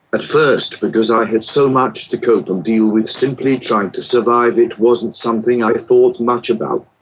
at first because i had so much to cope and deal with simply trying to survive, it wasn't something i thought much about.